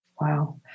Wow